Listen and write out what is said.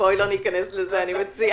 בואי לא ניכנס לזה, אני מציעה.